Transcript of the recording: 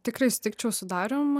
tikrai sutikčiau su darium